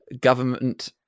government